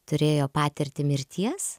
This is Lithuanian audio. turėjo patirtį mirties